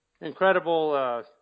incredible